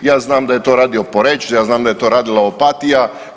Ja znam da je to radio Poreč, ja znam da je to radila Opatija.